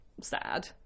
sad